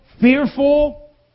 fearful